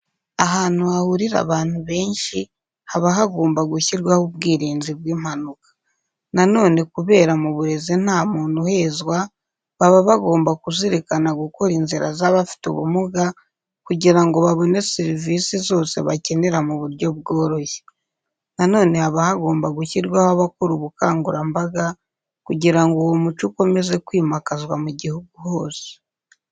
Ahantu hahurira abantu benshi haba hagomba gushyirwaho ubwirinzi bw'impanuka. Na none kubera mu burezi ntamuntu uhezwa, baba bagomba kuzirikana gukora inzira z'abafite ubumuga kugira ngo babone serivisi zose bakenera mu buryo bworoshye. Na none haba hagomba gushyirwaho abakora ubukangurambaga kugira ngo uwo muco ukomeze kwimakazwa mu igihugu hose.